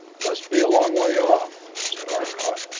must be a long way off, said arcot,